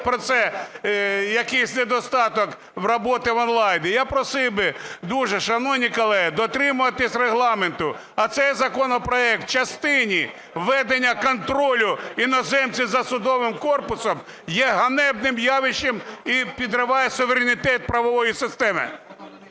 це якийсь недостаток роботи в онлайн. Я просив би дуже, шановні колеги, дотримуватись Регламенту, а цей законопроект в частині введення контролю іноземців за судовим корпусом є ганебним явищем і підриває суверенітет правової системи.